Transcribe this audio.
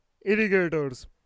irrigators